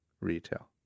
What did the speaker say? retail